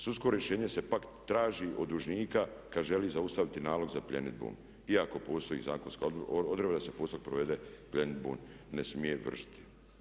Sudsko rješenje se pak traži od dužnika kada želi zaustaviti nalog za pljenidbu iako postoji zakonska odredba da se postupak provede pljenidbom ne smije vršiti.